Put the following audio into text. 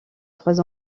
trois